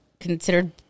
considered